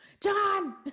John